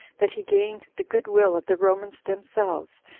that he gained the good-will of the romans themselves,